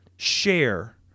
share